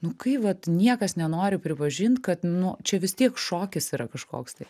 nu kai vat niekas nenori pripažint kad nu čia vis tiek šokis yra kažkoks tai